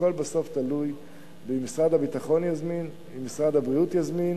הכול בסוף תלוי אם משרד הביטחון יזמין ואם משרד הבריאות יזמין